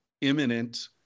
imminent